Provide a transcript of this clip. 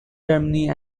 germany